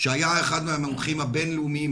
שהיה אחד מהמומחים הבין-לאומיים,